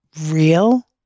real